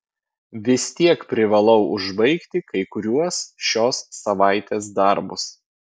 vis tiek privalau užbaigti kai kuriuos šios savaitės darbus